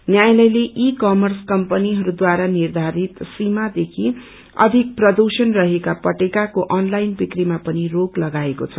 न्यायालसजे ई कर्मस कम्पनीहरूद्वारा निर्धारित सीमादेखि अधिक प्रदूषण रहेका पटेकाको अनलाईन विक्रीमा पनि रोक लगाएको छ